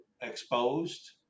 exposed